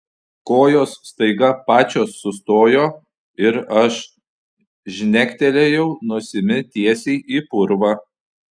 kojos staiga pačios sustojo ir aš žnektelėjau nosimi tiesiai į purvą